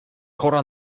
chora